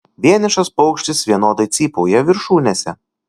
vienišas paukštis vienodai cypauja viršūnėse